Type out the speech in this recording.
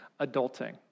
adulting